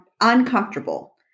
uncomfortable